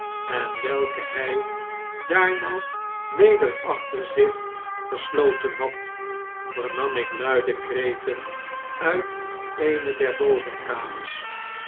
en welke hjj daarna weder achter zich gesloten had vernam ik luide kreten uit eene der bovenkamers